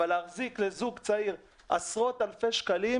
אבל להחזיק לזוג צעיר עשרות אלפי שקלים,